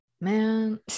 man